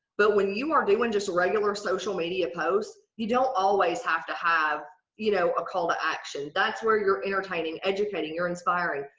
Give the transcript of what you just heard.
but when you are doing just a regular social media post you don't always have to have you know a call to action. that's where you're entertaining, educating, you're inspiring.